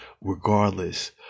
regardless